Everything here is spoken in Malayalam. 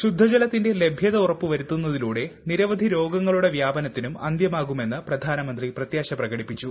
ശുദ്ധജലത്തിന്റെ ലഭ്യത ഉറപ്പ് വരുത്തുന്നതിലൂടെ രോഗങ്ങളുടെ വ്യാപനത്തിനും അന്ത്യമാകുമെന്ന് പ്രധാനമന്ത്രി പ്രത്യാശ പ്രകടിപ്പിച്ചു